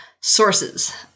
Sources